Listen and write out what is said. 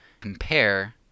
compare